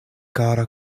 kara